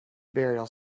burial